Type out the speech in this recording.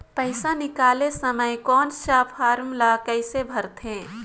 पइसा निकाले समय कौन सा फारम ला कइसे भरते?